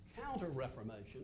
counter-reformation